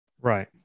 Right